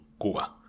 Cuba